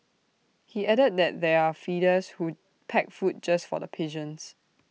he added that there are feeders who pack food just for the pigeons